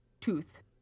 tooth